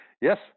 yes